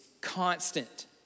constant